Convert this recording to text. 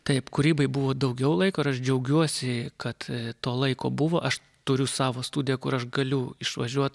taip kūrybai buvo daugiau laiko ir aš džiaugiuosi kad to laiko buvo aš turiu savo studiją kur aš galiu išvažiuot